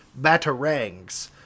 batarangs